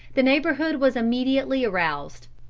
the neighborhood was immediately aroused.